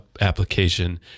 application